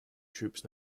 troops